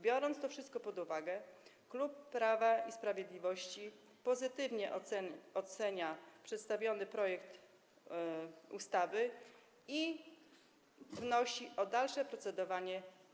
Biorąc to wszystko pod uwagę, klub Prawa i Sprawiedliwości pozytywnie ocenia przedstawiony projekt ustawy i wnosi o dalsze nad nim procedowanie.